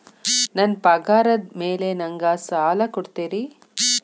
ನನ್ನ ಪಗಾರದ್ ಮೇಲೆ ನಂಗ ಸಾಲ ಕೊಡ್ತೇರಿ?